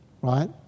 right